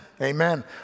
amen